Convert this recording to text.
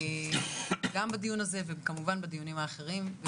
גם בדיון הזה וכמובן בדיונים האחרים.